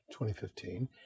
2015